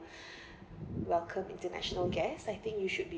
welcome international guests I think you should be